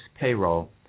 payroll